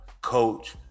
coach